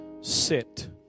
sit